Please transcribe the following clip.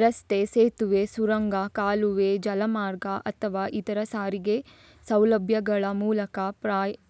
ರಸ್ತೆ, ಸೇತುವೆ, ಸುರಂಗ, ಕಾಲುವೆ, ಜಲಮಾರ್ಗ ಅಥವಾ ಇತರ ಸಾರಿಗೆ ಸೌಲಭ್ಯಗಳ ಮೂಲಕ